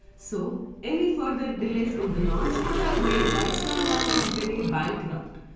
so any further delays in the launch could have made white star line company bankrupt.